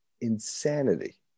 insanity